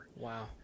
Wow